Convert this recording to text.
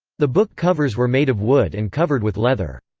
the book covers were made of wood and covered with leather.